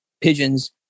pigeons